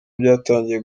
byatangiye